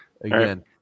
Again